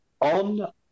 on